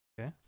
okay